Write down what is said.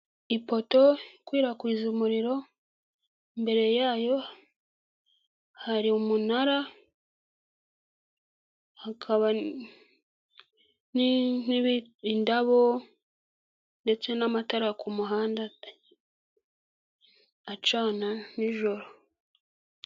Ipoto ikwirakwiza umuriro imbere yayo hari umunara hakaba n'indabo ndetse n'amatara ku muhanda acana nijoro.